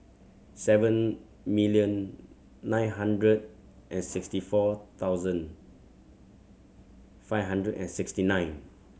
seven million nine hundred and sixty four thousand five hundred and sixty nine